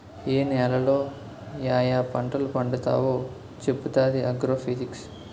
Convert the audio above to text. ఏ నేలలో యాయా పంటలు పండుతావో చెప్పుతాది ఆగ్రో ఫిజిక్స్